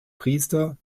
priester